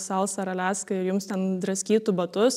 salsa ar aliaska ir jums ten draskytų batus